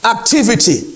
Activity